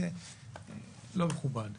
לא מכובד.